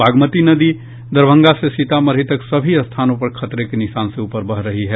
बागमती नदी दरभंगा से सीतामढ़ी तक सभी स्थानों पर खतरे के निशान से ऊपर बह रही है